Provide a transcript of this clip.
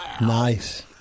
Nice